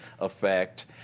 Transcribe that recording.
effect